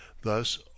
thus